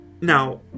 Now